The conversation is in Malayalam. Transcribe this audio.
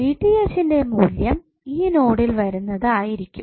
ന്റെ മൂല്യം ഈ നോഡിൽ വരുന്നത് ആയിരിക്കും